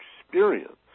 experience